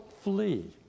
flee